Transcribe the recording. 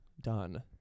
done